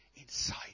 inside